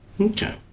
Okay